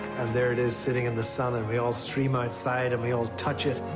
and there it is, sitting in the sun and we all stream outside and we all touch it